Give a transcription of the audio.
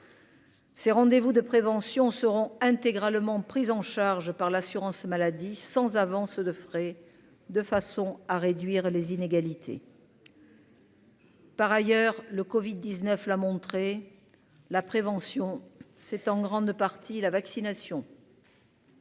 Ces rendez-vous de prévention seront intégralement pris en charge par l'assurance maladie, sans avance de frais, de façon à réduire les inégalités. Par ailleurs, le Covid 19 là, montrer la prévention, c'est en grande partie la vaccination.